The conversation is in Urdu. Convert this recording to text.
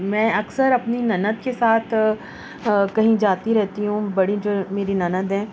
میں اکثر اپنی نند کے ساتھ کہیں جاتی رہتی ہوں بڑی جو میری نند ہیں